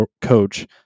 coach